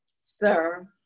sir